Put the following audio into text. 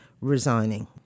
resigning